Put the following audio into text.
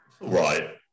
right